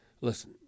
listen